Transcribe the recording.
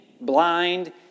blind